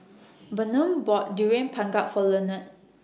Bynum bought Durian Pengat For Lenard